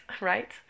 right